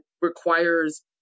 requires